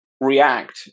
react